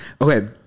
okay